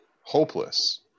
hopeless